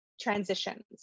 transitions